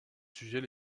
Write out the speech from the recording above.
sujet